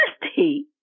thirsty